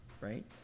right